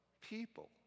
people